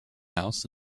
house